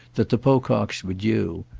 that the pococks were due,